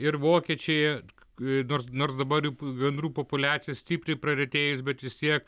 ir vokiečiai nors nors dabar jau gandrų populiacija stipriai praretėjus bet vis tiek